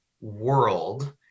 world